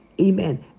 Amen